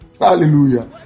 Hallelujah